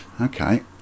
Okay